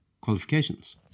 qualifications